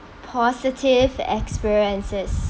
positive experiences